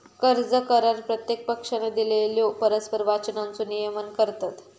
कर्ज करार प्रत्येक पक्षानं दिलेल्यो परस्पर वचनांचो नियमन करतत